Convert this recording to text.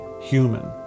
human